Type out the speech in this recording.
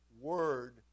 word